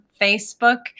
Facebook